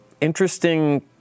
interesting